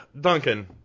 Duncan